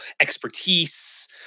expertise